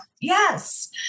Yes